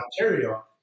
Ontario